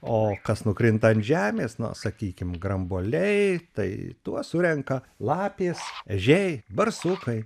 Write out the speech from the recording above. o kas nukrinta ant žemės na sakykim grambuoliai tai tuos surenka lapės ežiai barsukai